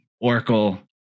oracle